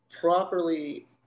properly